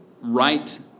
Right